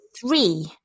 three